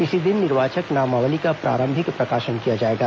इसी दिन निर्वाचक नामावली का प्रारंभिक प्रकाशन किया जाएगा